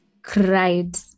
cried